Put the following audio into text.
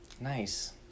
Nice